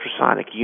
ultrasonic